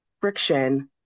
friction